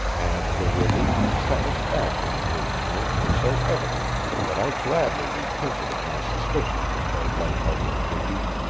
and the relief and satisfaction in his tone were so evident that i gladly repented of my suspicions of the light-hearted dicky.